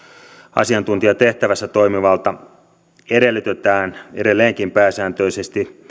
asiantuntijatehtävässä toimivalta edellytetään edelleenkin pääsääntöisesti